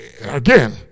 Again